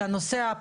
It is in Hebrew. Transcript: שהנושא,